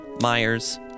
Myers